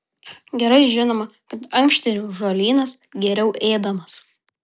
gerai žinoma kad ankštinių žolynas geriau ėdamas